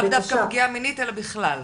לאו דווקא פגיעה מינית אלא בכלל.